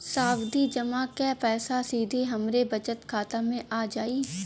सावधि जमा क पैसा सीधे हमरे बचत खाता मे आ जाई?